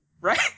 Right